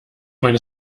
meine